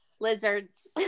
Lizards